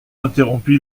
interrompit